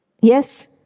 Yes